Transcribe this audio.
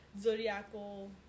zodiacal